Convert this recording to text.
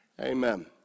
Amen